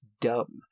dumb